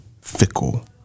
fickle